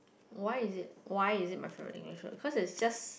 why is it why is it my favourite English word cause it's just